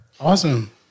Awesome